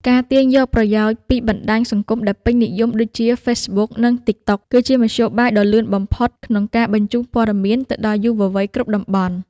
ការទាញយកប្រយោជន៍ពីបណ្ដាញសង្គមដែលពេញនិយមដូចជា ហ្វេសប៊ុក និងតីកតុក គឺជាមធ្យោបាយដ៏លឿនបំផុតក្នុងការបញ្ជូនព័ត៌មានទៅដល់យុវជនគ្រប់តំបន់។